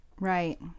Right